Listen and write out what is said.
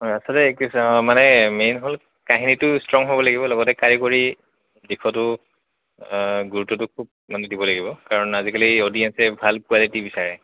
অঁ আচলতে মানে মেইন হ'ল কাহিনীটো ষ্ট্ৰং হ'ব লাগিব লগতে কাৰিকৰী দিশটো গুৰুত্বটো খুব মানে দিব লাগিব কাৰণ আজিকালি অডিয়েঞ্চে ভাল কোৱালিটি বিচাৰে